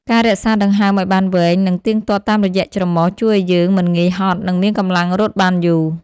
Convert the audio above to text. ការរក្សាដង្ហើមឱ្យបានវែង និងទៀងទាត់តាមរយៈច្រមុះ ជួយឱ្យយើងមិនងាយហត់ និងមានកម្លាំងរត់បានយូរ។